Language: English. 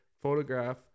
Photograph